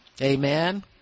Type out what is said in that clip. Amen